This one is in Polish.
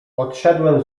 odszedłem